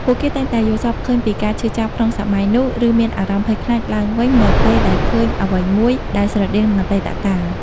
ពួកគេតែងតែយល់សប្តិឃើញពីការឈឺចាប់ក្នុងសម័យនោះ ឬមានអារម្មណ៍ភ័យខ្លាចឡើងវិញនៅពេលដែលឃើញអ្វីមួយដែលស្រដៀងនឹងអតីតកាល។